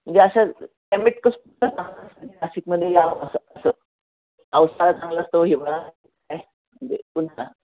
म्हणजे असं नाशिकमध्ये यावं असं असं पावसाळा चांगला असतो हिवाळा म्हणजे कोणता